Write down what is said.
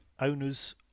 owners